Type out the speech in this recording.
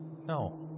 No